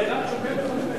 לדעת שהוא כן מתכנן,